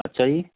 अच्छा जी